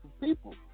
people